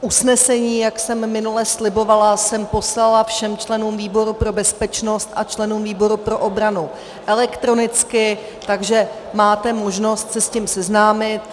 Usnesení, jak jsem minule slibovala, jsem poslala všem členům výboru pro bezpečnost a členům výboru pro obranu elektronicky, takže máte možnost se s tím seznámit.